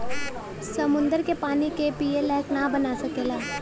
समुन्दर के पानी के पिए लायक ना बना सकेला